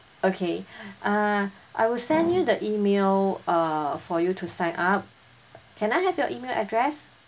okay uh I will send you the email uh for you to sign up can I have your email address